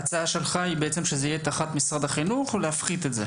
ההצעה שלך שזה יהיה תחת משרד החינוך או להפחית את זה?